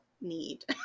need